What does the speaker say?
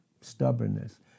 Stubbornness